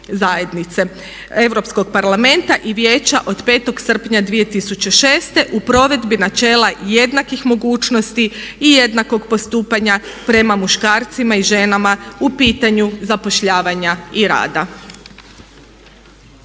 2006/54/EZ Europskog parlamenta i vijeća od 5. srpnja 2006. u provedbi načela jednakih mogućnosti i jednakog postupanja prema muškarcima i ženama u pitanju zapošljavanja i rada.